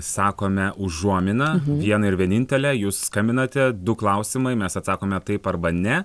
sakome užuominą vieną ir vienintelę jūs skambinate du klausimai mes atsakome taip arba ne